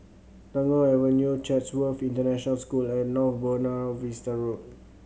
Tagore Avenue Chatsworth International School and North Buona Vista Road